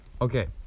Okay